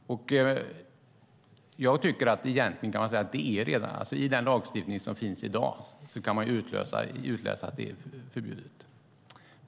Jag tycker att man kan säga att vi i den lagstiftning som finns i dag kan utläsa att det är förbjudet.